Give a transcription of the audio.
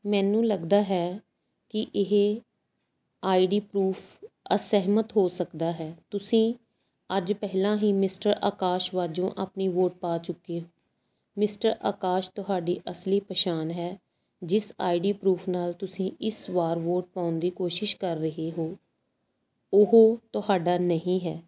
ਮੈਨੂੰ ਲੱਗਦਾ ਹੈ ਕਿ ਇਹ ਆਈ ਡੀ ਪਰੂਫ਼ ਅਸਹਿਮਤ ਹੋ ਸਕਦਾ ਹੈ ਤੁਸੀਂ ਅੱਜ ਪਹਿਲਾਂ ਹੀ ਮਿਸਟਰ ਆਕਾਸ਼ ਵਜੋਂ ਆਪਣੀ ਵੋਟ ਪਾ ਚੁੱਕੇ ਮਿਸਟਰ ਆਕਾਸ਼ ਤੁਹਾਡੀ ਅਸਲੀ ਪਛਾਣ ਹੈ ਜਿਸ ਆਈ ਡੀ ਪਰੂਫ਼ ਨਾਲ ਤੁਸੀਂ ਇਸ ਵਾਰ ਵੋਟ ਪਾਉਣ ਦੀ ਕੋਸ਼ਿਸ਼ ਕਰ ਰਹੇ ਹੋ ਉਹ ਤੁਹਾਡਾ ਨਹੀਂ ਹੈ